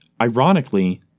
ironically